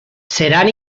seran